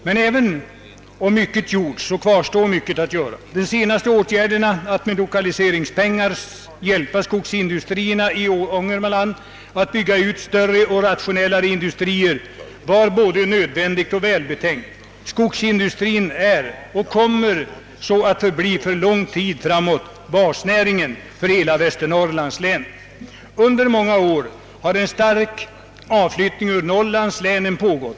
Men även om mycket gjorts kvarstår mycket att göra. De senaste åtgärderna — att med lokaliseringspengar hjälpa skogsindustrierna i Ångermanland att bygga ut större och rationellare industrier — var både nödvändiga och välbetänkta. Skogsindustrin är och kommer att för mycket lång tid framåt förbli basnäringen för hela Västernorrlands län. Under många år har en stark utflyttning från norrlandslänen pågått.